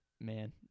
man